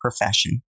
profession